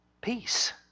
Peace